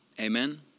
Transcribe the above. Amen